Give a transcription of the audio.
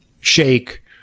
shake